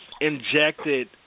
injected